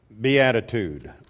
beatitude